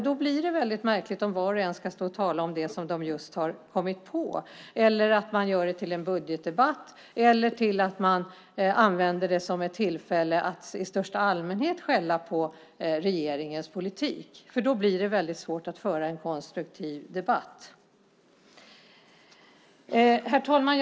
Då blir det väldigt märkligt om var och en ska stå och tala om det som de just har kommit på, om man gör det till en budgetdebatt eller om man använder det som ett tillfälle att i största allmänhet skälla på regeringens politik. Då blir det väldigt svårt att föra en konstruktiv debatt. Herr talman!